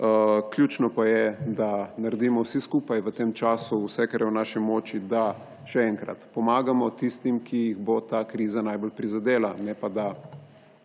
Ključno pa je, da naredimo vsi skupaj v tem času vse, kar je v naši moči, da, še enkrat, pomagamo tistim, ki jih bo ta kriza najbolj prizadela, ne pa da